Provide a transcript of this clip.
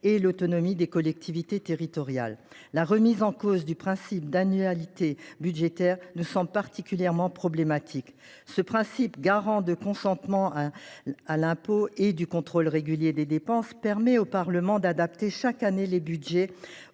sur l’autonomie des collectivités territoriales. La remise en cause du principe d’annualité budgétaire paraît particulièrement problématique. Ce principe, garant du consentement à l’impôt et du contrôle régulier des dépenses, permet au Parlement d’adapter chaque année les budgets